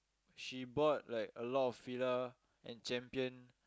she bought like a lot of Fila and Champion